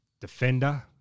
defender